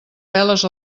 veles